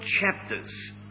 chapters